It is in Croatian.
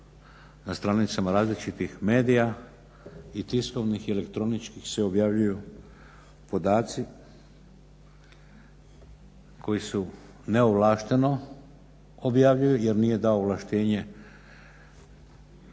na stranicama različitih medija i tiskovnih i elektroničkih se objavljuju podaci koji su neovlašteno objavljuju jer nije dao ovlaštenje ravnatelj.